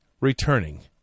returning